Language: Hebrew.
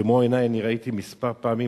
במו עיני אני ראיתי מספר פעמים,